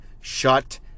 shut